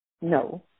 No